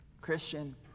Christian